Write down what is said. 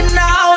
now